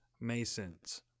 Masons